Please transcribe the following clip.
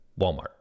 Walmart